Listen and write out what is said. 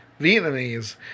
Vietnamese